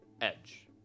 edge